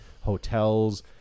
hotels